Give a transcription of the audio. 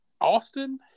Austin